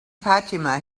fatima